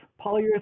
polyurethane